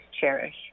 cherish